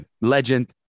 legend